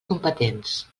competents